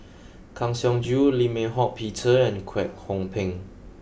Kang Siong Joo Lim Eng Hock Peter and Kwek Hong Png